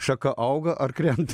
šaka auga ar krenta